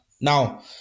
Now